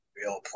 real